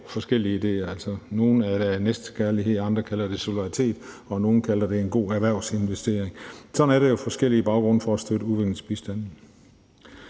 forskellige idéer. Altså, for nogle er det næstekærlighed, andre kalder det solidaritet, og nogle kalder det en god erhvervsinvestering. Sådan er der jo forskellige baggrunde for at støtte udviklingsbistanden.